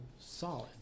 solid